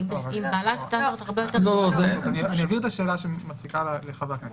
אני אבהיר את השאלה שמציקה לחברי הכנסת.